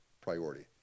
priority